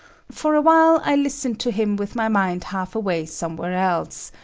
for a while i listened to him with my mind half away somewhere else,